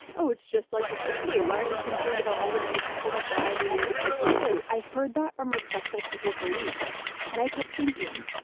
oh, it's just like the flu. why aren't you concerned about all the many people that die every year because of the flu? i heard that from respectable people for weeks and i kept thinking,